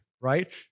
right